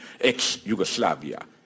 ex-Yugoslavia